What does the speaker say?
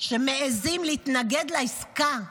שמעיזים להתנגד לעסקה,